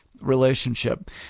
relationship